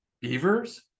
Beavers